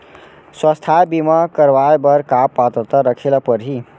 स्वास्थ्य बीमा करवाय बर का पात्रता रखे ल परही?